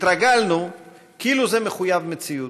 התרגלנו כאילו זה מחויב מציאות.